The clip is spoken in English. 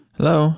Hello